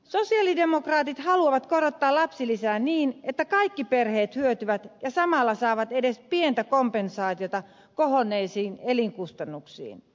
sosialidemokraatit haluavat korottaa lapsilisää niin että kaikki perheet hyötyvät ja samalla saavat edes pientä kompensaatiota kohonneisiin elinkustannuksiin